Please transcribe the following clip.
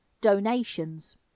Donations